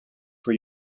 for